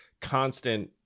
constant